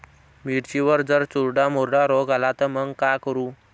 मिर्चीवर जर चुर्डा मुर्डा रोग आला त मंग का करू?